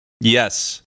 Yes